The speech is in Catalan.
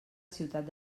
ciutat